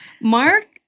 mark